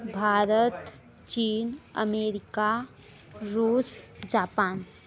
भारत चीन अमेरिका रूस जापान